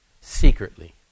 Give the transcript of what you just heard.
secretly